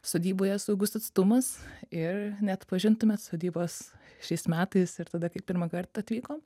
sodyboje saugus atstumas ir neatpažintumėt sodybos šiais metais ir tada kai pirmąkart atvykom